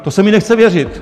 To se mi nechce věřit.